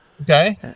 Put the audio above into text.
Okay